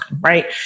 right